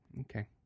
okay